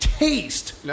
Taste